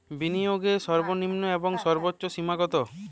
বিনিয়োগের সর্বনিম্ন এবং সর্বোচ্চ সীমা কত?